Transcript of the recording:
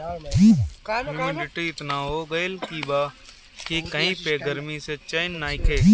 humidity एतना हो गइल बा कि कही पे गरमी से चैन नइखे